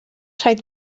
rhaid